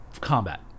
combat